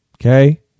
Okay